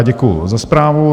Děkuji za zprávu.